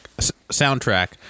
soundtrack